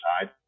side